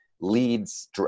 leads